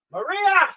Maria